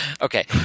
okay